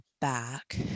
back